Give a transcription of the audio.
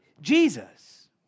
Jesus